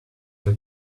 your